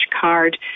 card